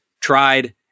tried